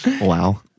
Wow